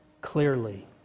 Clearly